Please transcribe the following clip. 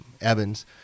Evans